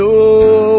no